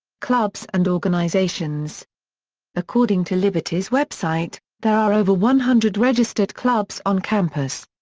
clubs and organizations according to liberty's website, there are over one hundred registered clubs on campus.